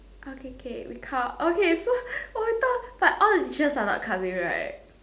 okay okay we count okay so we thought but all decisions are about cup way right